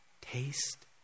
Taste